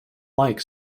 like